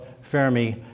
Fermi